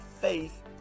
faith